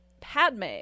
padme